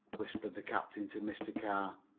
whispered the captain to mr. carr,